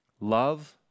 Love